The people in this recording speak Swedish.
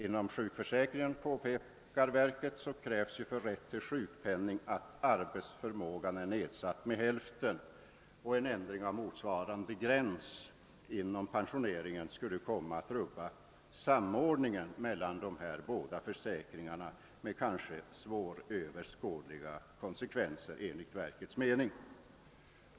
Inom sjukförsäkringen, påpekar verket, krävs för rätt till sjukpenning att arbetsförmågan är nedsatt med hälften, och en ändring av motsvarande gräns inom pensioneringen skulle rubba samordningen mellan dessa båda försäkringar med kanske svåröverskådliga konsekvenser enligt verkets mening.